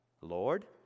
Lord